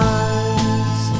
eyes